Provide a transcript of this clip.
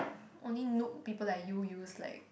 only noob people like you use like